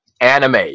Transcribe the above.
anime